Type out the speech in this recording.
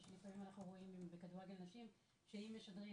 לפעמים אנחנו רואים בכדורגל נשים שאם משדרים,